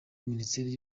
minisiteri